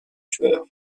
tueur